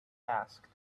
asked